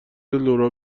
لورا